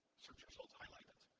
results highlighted.